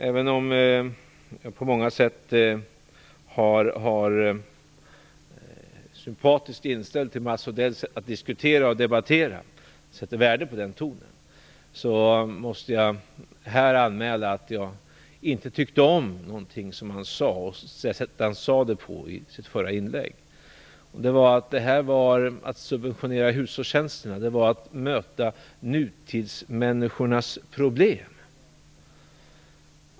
Även om jag på många sätt är sympatiskt inställd till Mats Odells sätt att diskutera och debattera, och sätter värde på den ton han har, måste jag anmäla att jag inte tyckte om en sak som han sade, och inte heller det sätt som han sade det på i sitt förra inlägg. Att subventionera hushållstjänsterna var, sade han, att möta nutidsmänniskornas problem.